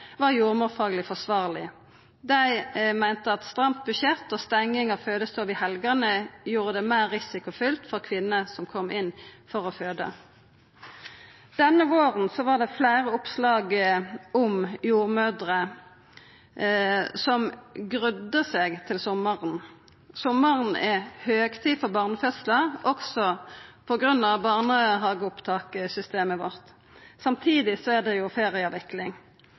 at stramt budsjett og stenging av fødestover i helgane gjorde det meir risikofylt for kvinnene som kom inn for å føda. I vår var det fleire oppslag om jordmødrer som grudde seg til sommaren. Sommaren er høgsesong for barnefødslar, også på grunn av barnehageopptakssystemet vårt. Samtidig er det